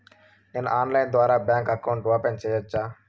నేను ఆన్లైన్ ద్వారా bank account open సేయొచ్చా?